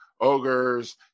ogres